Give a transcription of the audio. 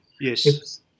Yes